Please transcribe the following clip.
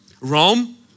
Rome